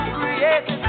created